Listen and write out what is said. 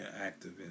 active